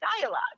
dialogue